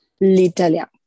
L'italien